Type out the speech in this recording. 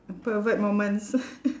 pervert moments